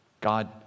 God